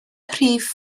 rhif